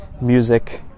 music